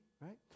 Right